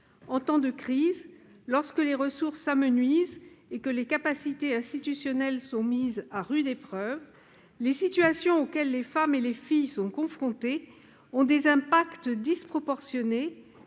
En période de crise, lorsque les ressources s'amenuisent et que les capacités institutionnelles sont mises à rude épreuve, les situations auxquelles les femmes et les filles sont confrontées ont des impacts disproportionnés,